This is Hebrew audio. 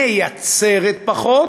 מייצרת פחות,